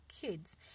kids